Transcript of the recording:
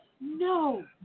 no